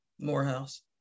Morehouse